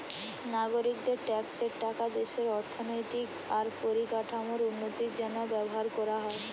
নাগরিকদের ট্যাক্সের টাকা দেশের অর্থনৈতিক আর পরিকাঠামোর উন্নতির জন্য ব্যবহার কোরা হয়